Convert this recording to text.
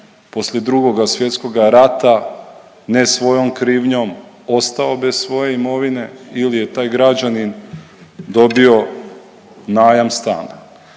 poslije Drugoga svjetskoga rata ne svojom krivnjom ostao bez svoje imovine ili je taj građanin dobio najam stana.